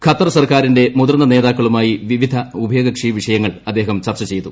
Qatar സർക്കാരിന്റെ മുതിർന്ന നേതാക്കളുമായി വിവിധ ഉഭയകക്ഷി വിഷയങ്ങൾ അദ്ദേഹം ചർച്ച ചെയ്തു